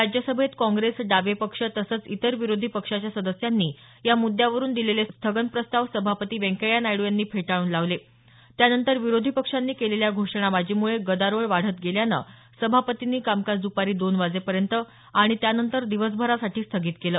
राज्यसभेत काँग्रेस डावे पक्ष तसंच इतर विरोधी पक्षाच्या सदस्यांनी या मुद्यावरुन दिलेले स्थगन प्रस्ताव सभापती व्यंकय्या नायडू यांनी फेटाळून लावले त्यानंतर विरोधी पक्षांनी केलेल्या घोषणाबाजीमुळे गदारोळ वाढत गेल्यानं सभापतींनी कामकाज दपारी दोन वाजेपर्यंत आणि त्यानंतर दिवसभरासाठी स्थगित केलं